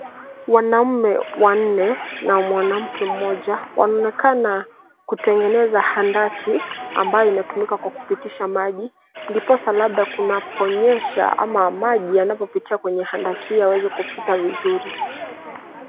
wanaume wanne na mwanamke mmoja wanaonekana kutengeza handaki amabayo inatumika kupitasha maji ndiposa labda kunaponyesha ama maji yanapopitia kwenye handaki hio yaweze kupita vizuri.